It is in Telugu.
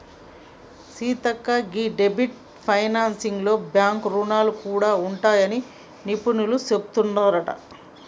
సీతక్క గీ డెబ్ట్ ఫైనాన్సింగ్ లో బాంక్ రుణాలు గూడా ఉంటాయని నిపుణులు సెబుతున్నారంట